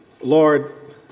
Lord